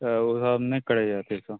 तऽ ओसब नहि करैया अथी सब